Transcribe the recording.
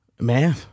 man